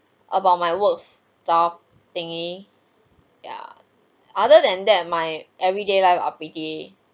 about my work staff thingy ya other than that my everyday life